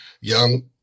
young